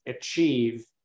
achieve